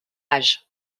âge